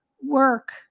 work